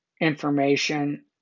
information